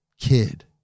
kid